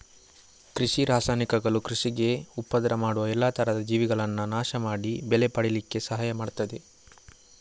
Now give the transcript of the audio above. ಕೃಷಿ ರಾಸಾಯನಿಕಗಳು ಕೃಷಿಗೆ ಉಪದ್ರ ಮಾಡುವ ಎಲ್ಲಾ ತರದ ಜೀವಿಗಳನ್ನ ನಾಶ ಮಾಡಿ ಬೆಳೆ ಪಡೀಲಿಕ್ಕೆ ಸಹಾಯ ಮಾಡ್ತದೆ